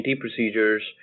procedures